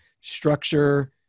structure